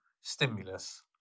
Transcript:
stimulus